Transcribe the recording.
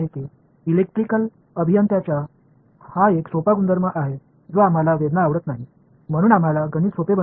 மீண்டும் இது மின்சார பொறியியலாளர்களின் எளிய சொத்து நமக்கு சிரமப்படுவது பிடிக்காது எனவே கணிதத்தை எளிதாக்க விரும்புகிறோம்